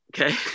Okay